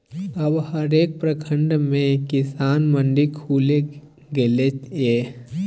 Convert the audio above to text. अब हरेक प्रखंड मे किसान मंडी खुलि गेलै ये